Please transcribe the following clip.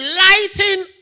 lighting